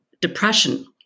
depression